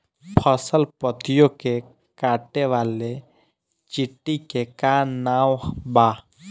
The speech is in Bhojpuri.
फसल पतियो के काटे वाले चिटि के का नाव बा?